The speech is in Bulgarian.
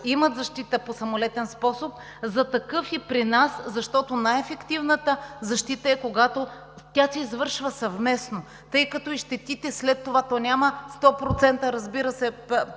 имат защита по самолетен способ – за такъв, и при нас, защото най-ефективната защита е, когато тя се извършва съвместно, тъй като щетите след това – то няма 100%, разбира се,